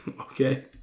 okay